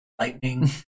lightning